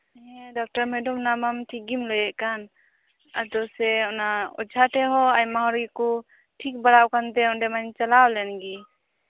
ᱦᱮᱸ doctor madam ᱚᱱᱟ ᱢᱟ ᱴᱷᱤᱠ ᱜᱮᱢ ᱞᱟᱹᱭ ᱮᱫ ᱠᱟᱱ ᱟᱫᱚ ᱥᱮ ᱚᱡᱷᱟ ᱴᱷᱮᱡ ᱦᱚᱸ ᱟᱭᱢᱟ ᱠᱚ ᱴᱷᱤᱠ ᱵᱟᱲᱟ ᱠᱟᱱᱛᱮ ᱚᱱᱰᱮ ᱢᱟᱧ ᱪᱟᱞᱟᱣ ᱞᱮᱱᱜᱮ